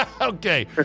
okay